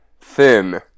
thin